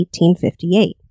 1858